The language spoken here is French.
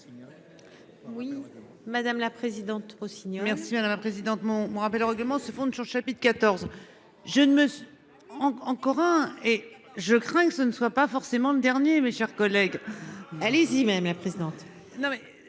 Oui. Madame la présidente au merci à la la présidente mon rappel au règlement, se fonde sur chapitres 14 je ne me. Encore hein. Et je crains que ce ne soit pas forcément le dernier, mes chers collègues. Allez-y même présidente.